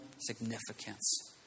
significance